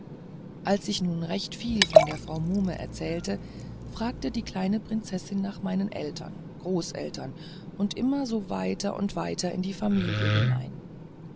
als ich nun recht viel von der frau muhme erzählte fragte die kleine prinzessin nach meinen eltern großeltern und immer so weiter und weiter in die familie hinein